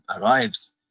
arrives